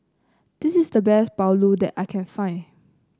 this is the best Pulao that I can find